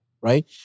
right